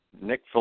Nick